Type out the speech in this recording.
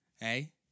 Hey